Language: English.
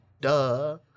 Duh